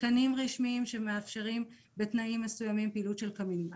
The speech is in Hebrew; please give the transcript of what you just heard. תקנים רשמיים שמאפשרים בתנאים מסוימים פעילות של קמינים.